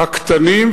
הקטנים,